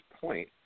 point